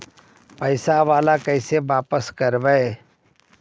पैसा बाला कैसे बापस करबय?